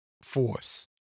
force